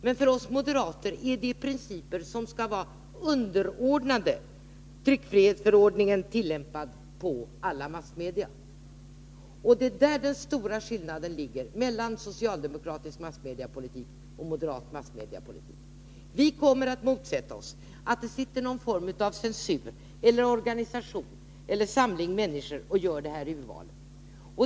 Men för oss är det principer som skall vara underordnade tryckfrihetsförordningen, tillämpad på alla massmedia. Det är där den stora skillnaden ligger mellan socialdemokratisk och moderat massmediepolitik. Vi kommer att motsätta oss att det sitter en censurgrupp, organisation eller samling människor som gör urvalet.